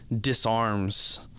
disarms